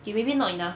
okay maybe not enough